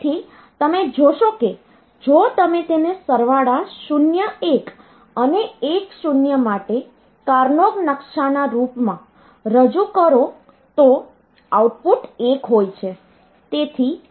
તેથી તમે જોશો કે જો તમે તેને સરવાળા 0 1 અને 1 0 માટે કાર્નોગ નકશાના રૂપમાં રજૂ કરો તો આઉટપુટ 1 હોય છે